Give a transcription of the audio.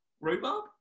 Rhubarb